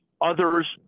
others